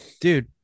Dude